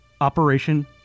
Operation